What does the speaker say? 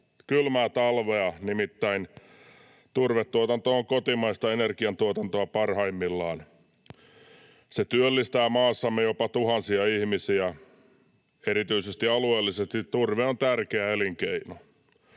kylmää talvea, nimittäin turvetuotanto on kotimaista energiantuotantoa parhaimmillaan. Se työllistää maassamme jopa tuhansia ihmisiä. Erityisesti alueellisesti turve on tärkeä elinkeino.